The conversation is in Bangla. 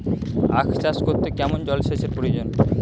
আখ চাষ করতে কেমন জলসেচের প্রয়োজন?